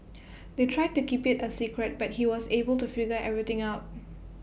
they tried to keep IT A secret but he was able to figure everything out